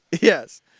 Yes